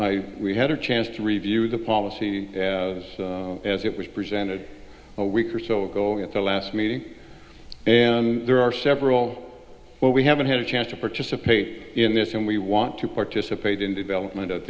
i we had a chance to review the policy as it was presented a week or so ago at the last meeting and there are several well we haven't had a chance to participate in this and we want to participate in development of